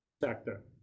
sector